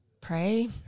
Pray